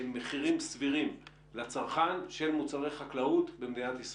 מחירים סבירים לצרכן של מוצרי חקלאות במדינת ישראל?